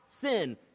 sin